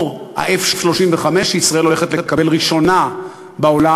או ה-F-35, שישראל הולכת לקבל ראשונה בעולם,